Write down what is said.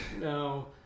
No